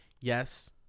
Yes